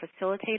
facilitator